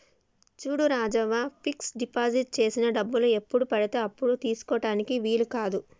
చూడు Rajavva fix deposit చేసిన డబ్బులు ఎప్పుడు పడితే అప్పుడు తీసుకుటానికి వీలు కాదు